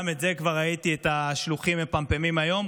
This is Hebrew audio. גם את זה כבר ראיתי שהשלוחים מפמפמים היום.